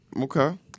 Okay